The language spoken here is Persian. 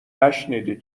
نشنیدی